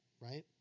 Right